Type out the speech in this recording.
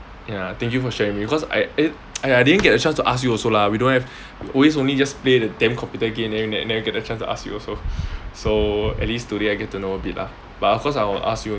ya thank you for sharing with me because I eh !aiya! I didn't get a chance to ask you also lah we don't have always only just play the damn computer game then then never get the chance to ask you also so at least today I get to know a bit lah but of course I will ask you